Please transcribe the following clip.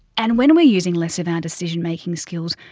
and when we're using less of our decision-making skills,